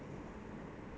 !aiyo!